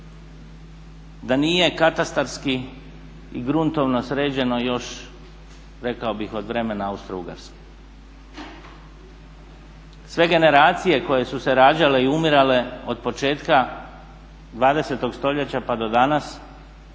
da nije katastarski i gruntovno sređeno još rekao bih od vremena Austrougarske. Sve generacije koje su se rađale i umirale od početka 20. stoljeća pa do danas